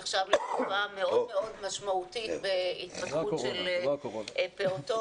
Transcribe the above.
נחשב לתקופה מאוד מאוד משמעותית בהתפתחות של פעוטות.